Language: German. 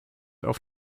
auf